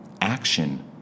action